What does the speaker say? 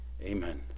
Amen